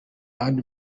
yandi